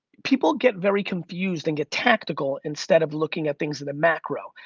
people get very confused and get tactical instead of looking at things in the macro.